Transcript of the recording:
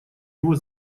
его